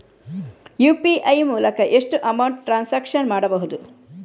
UPI ಮೂಲಕ ಎಷ್ಟು amount transaction ಮಾಡಬಹುದು?